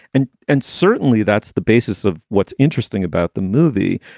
and and certainly that's the basis of what's interesting about the movie.